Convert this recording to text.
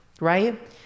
right